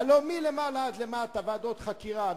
הלוא מלמעלה עד למטה ועדות חקירה,